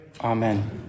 Amen